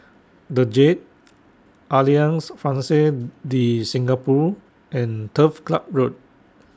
The Jade Alliance Francaise De Singapour and Turf Club Road